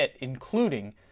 including